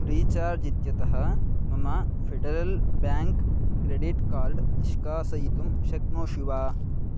free charge इत्यतः मम federal bank credit card निष्कासयितुं शक्नोषि वा